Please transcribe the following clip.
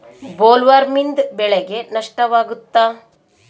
ಬೊಲ್ವರ್ಮ್ನಿಂದ ಬೆಳೆಗೆ ನಷ್ಟವಾಗುತ್ತ?